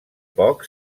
poc